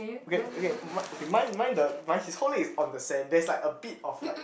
okay okay my mine mine the his whole leg is on the sand there's like a bit of like